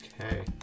Okay